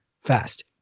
fast